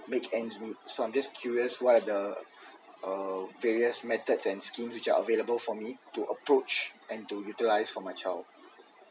make ends meet so I'm just curious what are the various methods and scheme which are available for me to approach and to utilise for my child